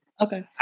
Okay